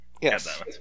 Yes